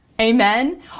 Amen